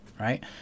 Right